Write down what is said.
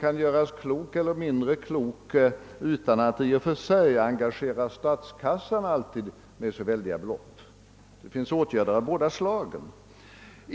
kan göras mer eller mindre klok, är möjlig att förverkliga utan att man alltid anlitar statskassan med väldiga belopp. Det kan naturligtvis tänkas åtgärder av båda slagen, starkt kostnadskrävande och andra.